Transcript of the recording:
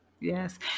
Yes